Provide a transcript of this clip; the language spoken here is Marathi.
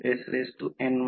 तर K V2 V2 कारण V2 K V2